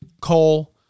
Cole